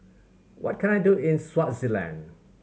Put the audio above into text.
what can I do in Swaziland